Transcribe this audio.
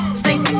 stink